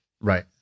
Right